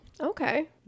Okay